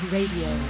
Radio